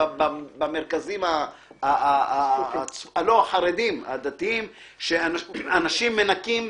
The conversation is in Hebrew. במרכזים החרדיים אנשים מנקים